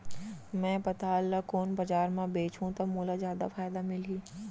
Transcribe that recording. मैं पताल ल कोन बजार म बेचहुँ त मोला जादा फायदा मिलही?